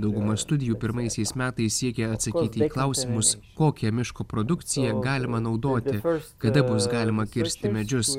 dauguma studijų pirmaisiais metais siekė atsakyti į klausimus kokią miško produkciją galima naudoti kada bus galima kirsti medžius